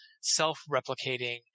self-replicating